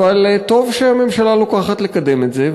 אבל טוב שהממשלה לוקחת על עצמה לקדם את זה,